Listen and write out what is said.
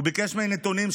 הוא ביקש ממני נתונים,